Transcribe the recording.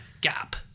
Gap